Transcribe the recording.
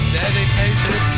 dedicated